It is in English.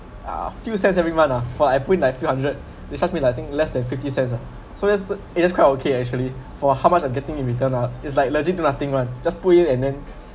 uh few cents every month ah for I put in like few hundred it's charged me like I think less than fifty cents uh so that's it is quite okay ah actually for how much I'm getting in return uh is like legit nothing one just put in and then